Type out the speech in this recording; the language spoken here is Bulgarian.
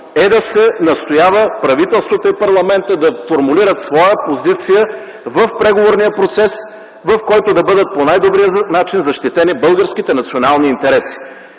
е да се настоява правителството и парламентът да формулират своя позиция в преговорния процес, в който да бъдат защитени по най-добрия начин българските национални интереси.